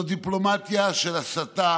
זו דיפלומטיה של הסתה